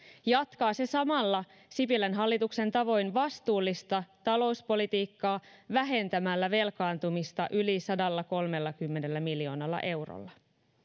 jatkaa se samalla sipilän hallituksen tavoin vastuullista talouspolitiikkaa vähentämällä velkaantumista yli sadallakolmellakymmenellä miljoonalla eurolla